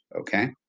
Okay